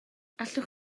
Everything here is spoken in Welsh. allwch